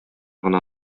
гына